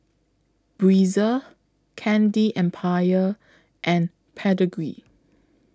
Breezer Candy Empire and Pedigree